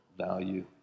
value